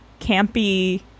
campy